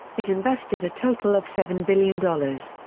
it invested a total of seven billion dollars,